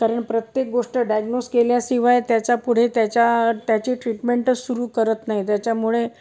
कारण प्रत्येक गोष्ट डायग्नोस केल्याशिवाय त्याच्या पुढे त्याच्या त्याची ट्रीटमेंटच सुरू करत नाही त्याच्यामुळे